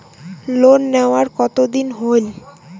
Loan নেওয়ার কতদিন হইল?